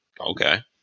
okay